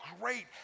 great